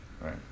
Right